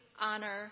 honor